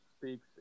speaks